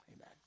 amen